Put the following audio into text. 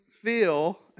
feel